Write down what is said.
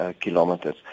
kilometers